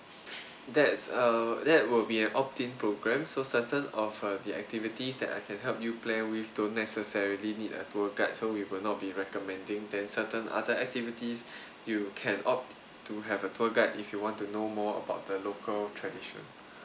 that's uh that will be an opt-in programme so certain of the activities that I can help you plan with don't necessarily need a tour guide so we will not be recommending then certain other activities you can opt to have a tour guide if you want to know more about the local tradition